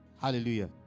Hallelujah